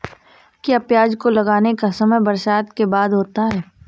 क्या प्याज को लगाने का समय बरसात के बाद होता है?